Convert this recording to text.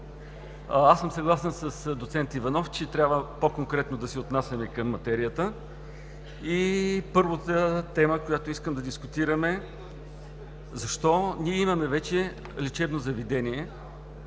Аз съм съгласен с доцент Иванов, че трябва по-конкретно да се отнасяме към материята и първата тема, която искам да дискутирам, е: защо? Ние имаме вече лечебно заведение,